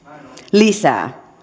lisää